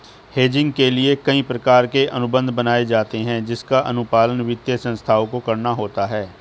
hedging के लिए कई प्रकार के अनुबंध बनाए जाते हैं जिसका अनुपालन वित्तीय संस्थाओं को करना होता है